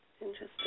Interesting